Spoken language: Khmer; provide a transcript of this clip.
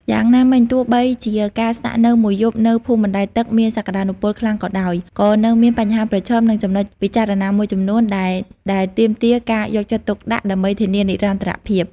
យ៉ាងណាមិញ ទោះបីជាការស្នាក់នៅមួយយប់នៅភូមិបណ្ដែតទឹកមានសក្ដានុពលខ្លាំងក៏ដោយ ក៏នៅមានបញ្ហាប្រឈមនិងចំណុចពិចារណាមួយចំនួនដែរដែលទាមទារការយកចិត្តទុកដាក់ដើម្បីធានានិរន្តរភាព។